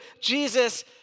Jesus